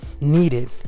needed